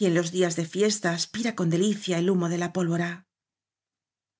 y en los días de fiesta aspira con delicia el humo de la pólvora